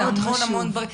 זה המון דברים,